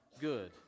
good